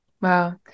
Wow